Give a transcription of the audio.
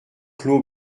clos